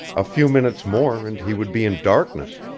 a few minutes more and he would be in darkness.